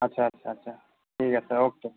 আচ্চা আচ্চা আচ্চা ঠিক আছে অ'কে